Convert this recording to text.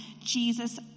Jesus